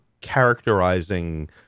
characterizing